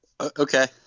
Okay